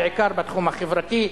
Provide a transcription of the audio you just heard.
בעיקר בתחום החברתי.